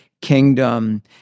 Kingdom